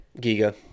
Giga